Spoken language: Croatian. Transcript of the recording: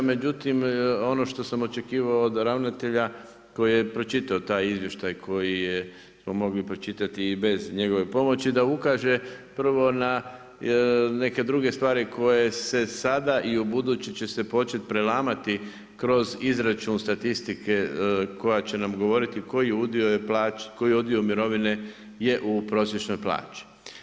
Međutim ono što sam očekivao od ravnatelja koji je pročitao taj izvještaj koji smo mogli pročitati i bez njegove pomoći da ukaže prvo na neke druge stvari koje se sada i ubuduće će se početi prelamati kroz izračun statistike koja će nam govoriti koji udio mirovine je u prosječnoj plaći.